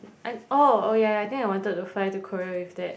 and oh oh yeah yeah I think I wanted to fly to Korea with that